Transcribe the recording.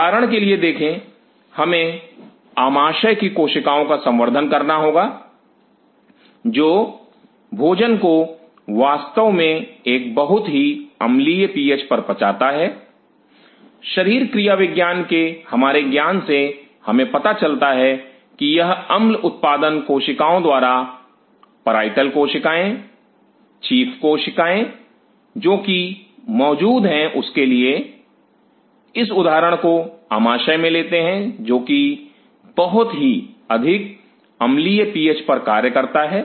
उदाहरण के लिए देखें हमें आमाशय की कोशिकाओं का संवर्धन करना होगा जो भोजन को वास्तव में एक बहुत ही अम्लीय पीएच पर पचाता है शरीर क्रियाविज्ञान के हमारे ज्ञान से हमें पता है की यह अम्ल उत्पादन कोशिकाओं द्वारा पराइटल कोशिकाएं चीफ कोशिकाएं जो कि मौजूद हैं उसके लिए इस उदाहरण को आमाशय में लेते हैं जो कि बहुत ही अधिक अम्लीय पीएच पर कार्य करता है